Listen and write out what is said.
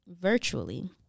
virtually